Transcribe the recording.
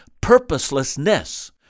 Purposelessness